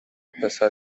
پسر